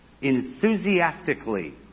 Enthusiastically